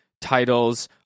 titles